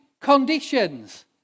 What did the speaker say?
conditions